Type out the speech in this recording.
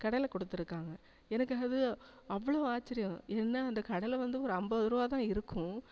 கடலை கொடுத்துருக்காங்க எனக்கு அது அவளோ ஆச்சரியம் ஏன்னா அந்த கடலை வந்து ஒரு ஐம்பதுருவதான் இருக்கும்